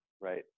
right